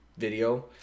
video